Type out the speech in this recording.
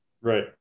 right